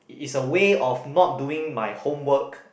it is a way of not doing my homework